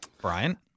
Brian